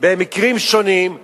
שאתו אנחנו מקיימים את השיח,